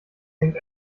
hängt